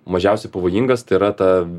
mažiausiai pavojingas tai yra ta